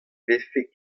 vefe